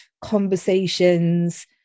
conversations